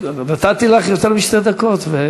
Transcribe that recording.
נתתי לך יותר משתי דקות.